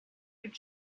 did